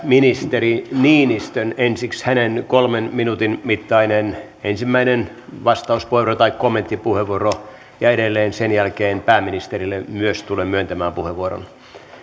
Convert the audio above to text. ministeri niinistön kolmen minuutin mittainen ensimmäinen vastaus tai kommenttipuheenvuoro ja edelleen sen jälkeen pääministerille myös tulen myöntämään puheenvuoron